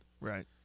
Right